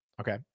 Okay